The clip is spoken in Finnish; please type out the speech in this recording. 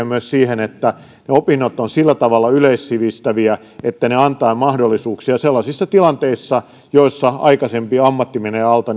myös siihen että opinnot ovat sillä tavalla yleissivistäviä että ne antavat mahdollisuuksia sellaisissa tilanteissa joissa aikaisempi ammatti menee alta